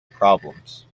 problems